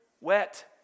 wet